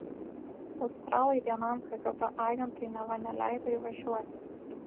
australai vienam kgb agentui neva neleido įvažiuoti